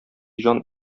җан